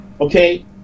Okay